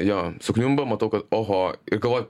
jo sukniumba matau kad oho galvoju